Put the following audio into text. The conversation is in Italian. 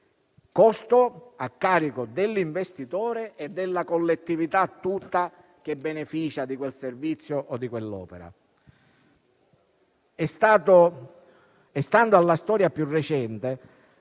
costo per l'investitore e per la collettività tutta che beneficia di quel servizio o di quell'opera: stando alla storia più recente